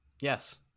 Yes